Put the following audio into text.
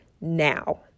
Now